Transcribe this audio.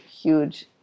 huge